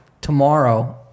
tomorrow